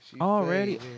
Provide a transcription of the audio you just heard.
Already